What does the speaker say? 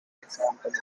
example